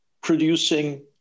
producing